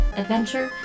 adventure